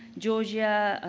georgia,